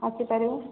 ଆସି ପାରିବେ